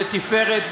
לתפארת,